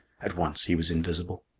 at once he was invisible.